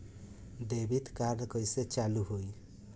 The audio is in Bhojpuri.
डेबिट कार्ड कइसे चालू होई?